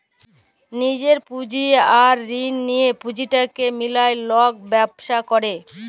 লিজের পুঁজি আর ঋল লিঁয়ে পুঁজিটাকে মিলায় লক ব্যবছা ক্যরে